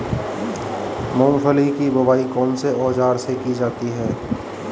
मूंगफली की बुआई कौनसे औज़ार से की जाती है?